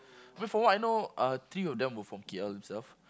but for what I know uh three of them were from K_L themselves